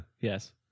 Yes